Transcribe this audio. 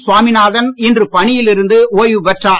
சுவாமிநாதன் இன்று பணியில் இருந்து ஓய்வு பெற்றார்